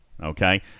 okay